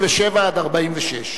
סעיפים 37 46 נתקבלו.